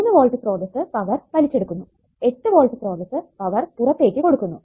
മൂന്ന് വോൾട്ട് സ്രോതസ്സ് പവർ വലിച്ചെടുക്കുന്നു 8 വോൾട്ട് സ്രോതസ്സ് പവർ പുറത്തേക്ക് കൊടുക്കുന്നു